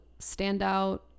standout